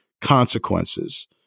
consequences –